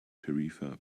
tarifa